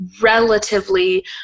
relatively